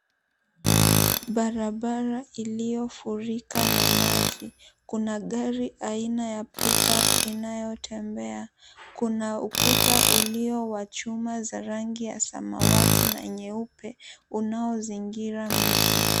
Barabara iliyofurika na maji kuna gari aina ya pickup inayotembea. Kuna ukuta ulio wa chuma za rangi ya samawati na nyeupe unaozingira miti.